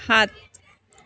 সাত